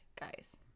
guys